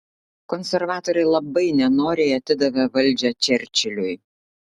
konservatoriai labai nenoriai atidavė valdžią čerčiliui